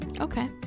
Okay